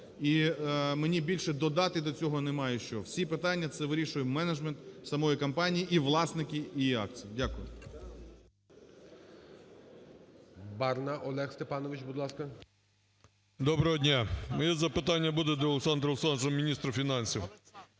І мені більше додати до цього немає що. Всі питання це вирішує менеджмент самої компанії і власники її акцій. Дякую. ГОЛОВУЮЧИЙ. Барна Олег Степанович, будь ласка. 11:04:33 БАРНА О.С. Доброго дня! Моє запитання буде до Олександра Олександровича, міністра фінансів.